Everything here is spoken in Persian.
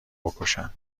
بکشن